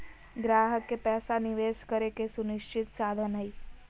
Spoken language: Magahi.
ग्राहक के पैसा निवेश करे के सुनिश्चित साधन हइ